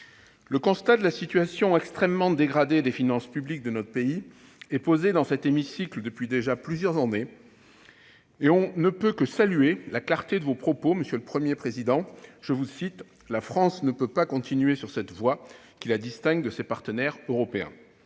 Le constat de la situation extrêmement dégradée des finances publiques de notre pays est posé dans cet hémicycle depuis déjà plusieurs années. On ne peut que saluer la clarté de vos propos sur le sujet, monsieur le Premier président :« La France ne peut pas continuer sur cette voie, qui la distingue de ses partenaires européens.